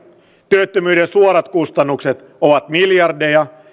työttömyyden suorat kustannukset ovat miljardeja